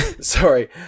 Sorry